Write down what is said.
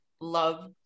Love